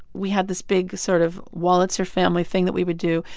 we had this big sort of wolitzer family thing that we would do.